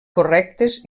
correctes